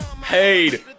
paid